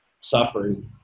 suffering